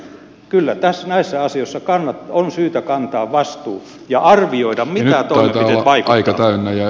kyllä näissä asioissa on syytä kantaa vastuu ja arvioida miten toimenpiteet vaikuttavat